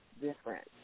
different